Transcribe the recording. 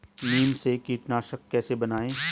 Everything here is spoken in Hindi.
नीम से कीटनाशक कैसे बनाएं?